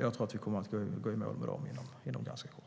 jag tror att vi kommer att gå i mål med dessa förhandlingar inom kort.